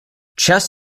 chess